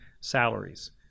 salaries